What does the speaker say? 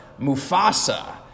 Mufasa